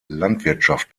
landwirtschaft